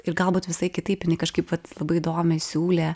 ir galbūt visai kitaip jinai kažkaip vat labai įdomiai siūlė